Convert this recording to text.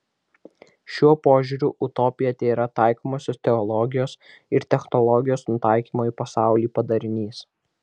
šiuo požiūriu utopija tėra taikomosios teologijos ir technologijos nutaikymo į pasaulį padarinys